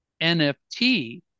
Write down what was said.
NFT